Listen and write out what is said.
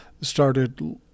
started